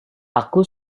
aku